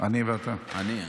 אני עיראקי.